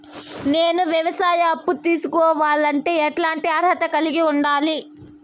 నేను వ్యవసాయ అప్పు తీసుకోవాలంటే ఎట్లాంటి అర్హత కలిగి ఉండాలి?